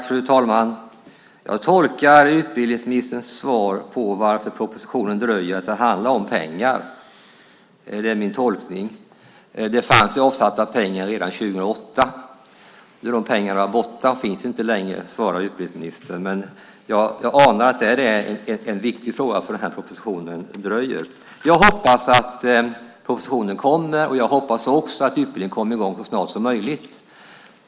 Fru talman! Jag tolkar utbildningsministerns svar på varför propositionen dröjer som att det handlar om pengar. Det är min tolkning. Det fanns pengar avsatta redan 2008. Nu är de pengarna borta och finns inte längre, svarar utbildningsministern. Jag anar att detta är en viktig anledning till att propositionen dröjer. Jag hoppas att propositionen kommer, och jag hoppas också att utbildningen kommer i gång så snart som möjligt.